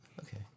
Okay